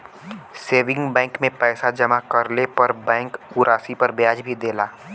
saving bank में पैसा जमा करले पर बैंक उ राशि पर ब्याज भी देला